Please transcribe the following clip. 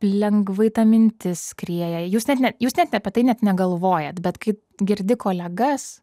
lengvai ta mintis skrieja jūs net ne jūs apie tai net negalvojat bet kai girdi kolegas